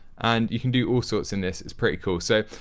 and you can do all sorts in this. it's pretty cool. so,